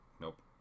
Nope